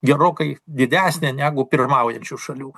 gerokai didesnė negu pirmaujančių šalių